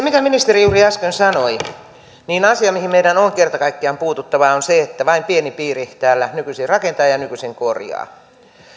mitä ministeri juuri äsken sanoi asia mihin meidän on kerta kaikkiaan puututtava on se että vain pieni piiri täällä nykyisin rakentaa ja nykyisin korjaa